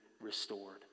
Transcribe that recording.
restored